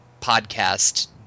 podcast